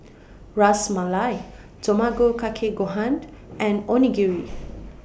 Ras Malai Tamago Kake Gohan and Onigiri